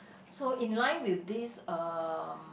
so in line with this uh